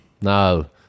No